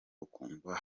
ukumva